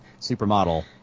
supermodel